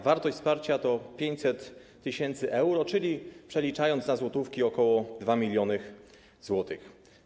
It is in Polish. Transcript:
Wartość wsparcia to 500 tys. euro, czyli, przeliczając na złotówki, ok. 2 mln zł.